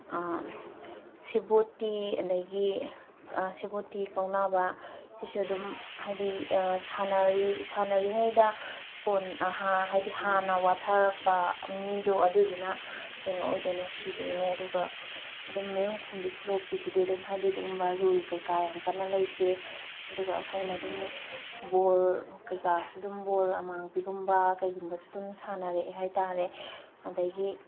ꯁꯦꯕꯣꯠꯇꯤ ꯑꯗꯒꯤ ꯁꯦꯕꯣꯠꯇꯤ ꯀꯥꯎꯅꯕ ꯁꯤꯁꯨ ꯑꯗꯨꯝ ꯍꯥꯏꯗꯤ ꯁꯥꯟꯅꯔꯤꯉꯩꯗ ꯍꯥꯏꯗꯤ ꯍꯥꯟꯅ ꯋꯥꯊꯔꯛꯄ ꯃꯤꯗꯣ ꯑꯗꯨꯗꯨꯅ ꯀꯩꯅꯣ ꯑꯣꯏꯗꯣꯏꯅꯦ ꯁꯤꯗꯣꯏꯅꯦ ꯑꯗꯨꯒ ꯑꯗꯨꯝ ꯃꯔꯨꯝ ꯈꯣꯝꯕꯤ ꯈꯨꯠꯂꯣꯛꯄꯤꯁꯤꯗꯤ ꯑꯗꯨꯝ ꯍꯥꯏꯗꯤ ꯑꯗꯨꯝ ꯔꯨꯜ ꯀꯩꯀꯥ ꯌꯥꯝ ꯀꯟꯅ ꯂꯩꯇꯦ ꯑꯗꯨꯒ ꯑꯩꯈꯣꯏꯅ ꯑꯗꯨꯝ ꯕꯣꯜ ꯀꯩꯀꯥꯁꯨ ꯑꯗꯨꯝ ꯕꯣꯜ ꯑꯃꯥꯡꯕꯤꯒꯨꯝꯕ ꯀꯩꯒꯨꯝꯕꯁꯨ ꯑꯗꯨꯝ ꯁꯥꯟꯅꯔꯛꯑꯦ ꯍꯥꯏ ꯇꯥꯔꯦ ꯑꯗꯒꯤ